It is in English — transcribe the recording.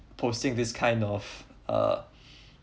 posting this kind of uh